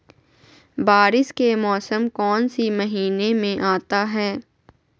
बारिस के मौसम कौन सी महीने में आता है?